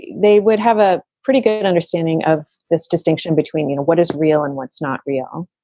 they would have a pretty good understanding of this distinction between, you know, what is real and what's not real.